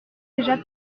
déjà